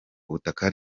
ubutaka